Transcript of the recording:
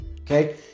Okay